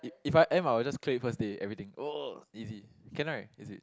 it if I am I will just cleared it first day everything easy can right easy